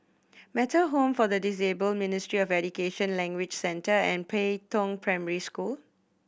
Metta Home for the Disabled Ministry of Education Language Centre and Pei Tong Primary School